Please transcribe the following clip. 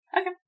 Okay